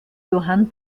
johann